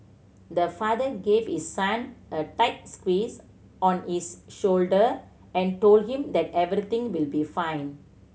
the father gave his son a tight squeeze on his shoulder and told him that everything will be fine